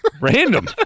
Random